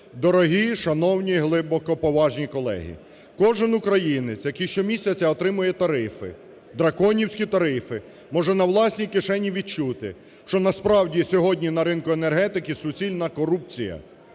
Дорогі, шановні, глибокоповажні колеги! Кожен українець, який щомісяця отримує тарифи, "драконівські" тарифи, може на власній кишені відчути, що насправді сьогодні на ринку енергетики суцільна корупція,